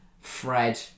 Fred